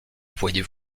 voyez